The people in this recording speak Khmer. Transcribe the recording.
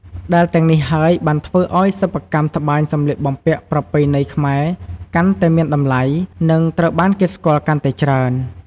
ដែលទាំងនេះហើយបានធ្វើឲ្យសិប្បកម្មត្បាញសម្លៀកបំពាក់ប្រពៃណីខ្មែរកាន់តែមានតម្លៃ និងត្រូវបានគេស្គាល់កាន់តែច្រើន។